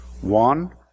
one